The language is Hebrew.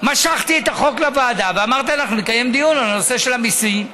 משכתי את החוק לוועדה ואמרתי: אנחנו נקיים דיון על הנושא של המיסים.